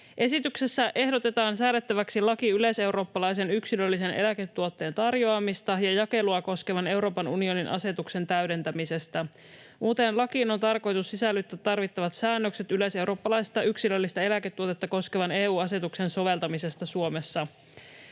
Esityksessä ehdotetaan säädettäväksi laki yleiseurooppalaisen yksilöllisen eläketuotteen tarjoamista ja jakelua koskevan Euroopan unionin asetuksen täydentämisestä. Uuteen lakiin on tarkoitus sisällyttää tarvittavat säännökset yleiseurooppalaisesta yksilöllistä eläketuotetta koskevan EU-asetuksen soveltamisesta Suomessa.